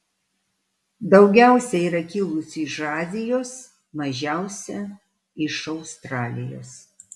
daugiausiai yra kilusių iš azijos mažiausia iš australijos